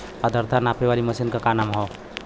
आद्रता नापे वाली मशीन क का नाव बा?